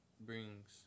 brings